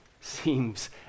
seems